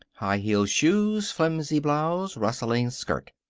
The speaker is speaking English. high-heeled shoes, flimsy blouse, rustling skirt.